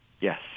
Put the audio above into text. Yes